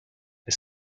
est